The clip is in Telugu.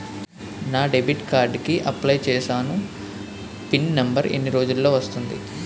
నా డెబిట్ కార్డ్ కి అప్లయ్ చూసాను పిన్ నంబర్ ఎన్ని రోజుల్లో వస్తుంది?